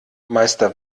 meister